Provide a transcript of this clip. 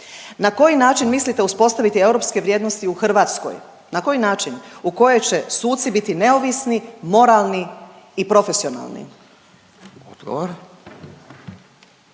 Na koji način mislite uspostaviti europske vrijednosti u Hrvatskoj, na koji način, u koje će suci biti neovisni, moralni i profesionalni? **Radin,